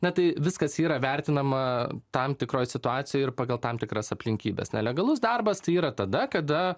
na tai viskas yra vertinama tam tikroj situacijoj ir pagal tam tikras aplinkybes nelegalus darbas tai yra tada kada